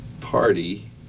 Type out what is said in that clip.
party